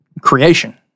creation